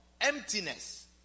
emptiness